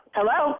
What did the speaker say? Hello